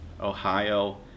Ohio